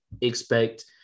expect